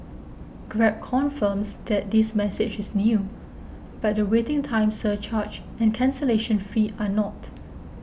Grab confirms that this message is new but the waiting time surcharge and cancellation fee are not